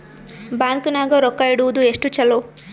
Bank ನಾಗ ರೊಕ್ಕ ಇಡುವುದು ಎಷ್ಟು ಚಲೋ?